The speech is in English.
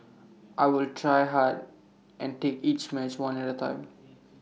I will try hard and take each match one at A time